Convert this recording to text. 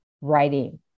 writing